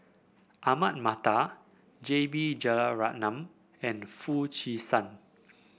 Ahmad Mattar J B Jeyaretnam and Foo Chee San